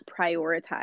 prioritize